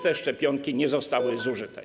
Te szczepionki nie zostały zużyte.